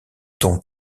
dont